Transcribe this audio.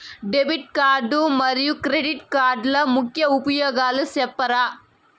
Debit card మరియు credit కార్డుల ముఖ్య ఉపయోగాలు సెప్తారా?